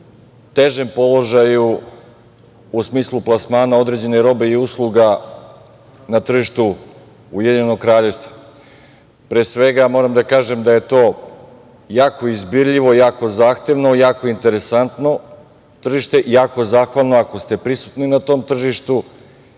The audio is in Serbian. težem položaju, u smislu plasmana određene robe i usluga, na tržištu Ujedinjenog Kraljevstva. Pre svega, moram da kažem, da je to jako izbirljivo, jako zahtevno, jako interesantno tržište, jako zahvalno, ako ste prisutni na tom tržištu